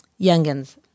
youngins